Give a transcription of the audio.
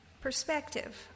perspective